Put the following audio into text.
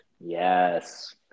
Yes